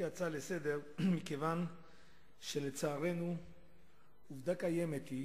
כהצעה לסדר-היום, כיוון שלצערנו עובדה קיימת היא